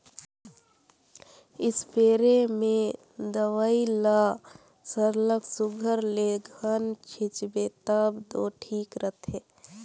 spray में दवई ल सरलग सुग्घर ले घन छींचबे तब दो ठीक रहथे